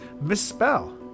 misspell